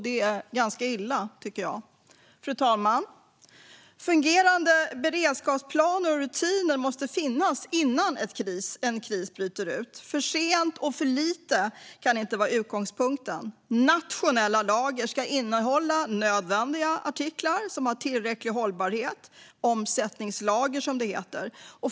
Det är ganska illa, tycker jag. Fru talman! Fungerande beredskapsplaner och rutiner måste finnas innan en kris bryter ut. För sent och för lite kan inte vara utgångspunkten. Nationella lager ska innehålla nödvändiga artiklar som har tillräcklig hållbarhet - omsättningslager, som det heter.